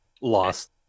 lost